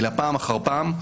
אלא פעם אחר פעם,